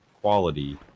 quality